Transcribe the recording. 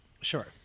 Sure